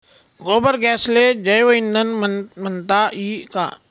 गोबर गॅसले जैवईंधन म्हनता ई का?